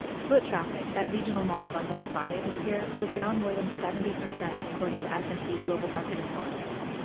foot traffic at regional malls on black friday this year was down more than seventy percent according to s and p global market intelligence.